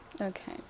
Okay